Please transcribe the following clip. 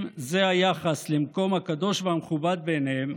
אם זה היחס למקום הקדוש והמכובד בעיניהם,